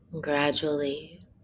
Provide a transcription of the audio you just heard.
Gradually